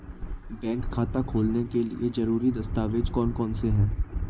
Bank खाता खोलने के लिए ज़रूरी दस्तावेज़ कौन कौनसे हैं?